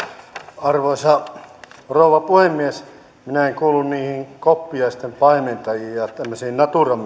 arvoisa rouva puhemies minä en kuulu niihin koppiaisten paimentajiin ja tämmöisiin natura